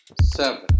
seven